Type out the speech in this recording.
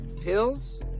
Pills